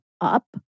up